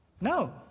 No